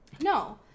No